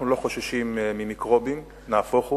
אנחנו לא חוששים ממיקרובים, נהפוך הוא.